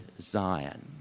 Zion